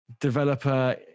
developer